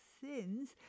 sins